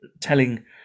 telling